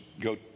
go